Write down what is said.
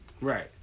right